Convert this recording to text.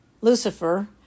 Lucifer